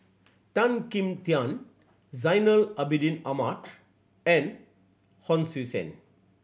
Tan Kim Tian Zainal Abidin Ahmad and Hon Sui Sen